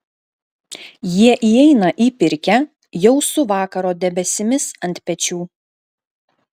jie įeina į pirkią jau su vakaro debesimis ant pečių